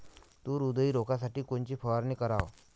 तूर उधळी रोखासाठी कोनची फवारनी कराव?